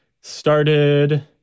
started